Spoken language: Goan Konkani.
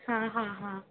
हां हां हां